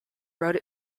wrote